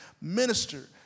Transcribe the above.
minister